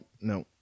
No